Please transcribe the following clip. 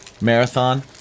marathon